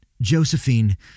Josephine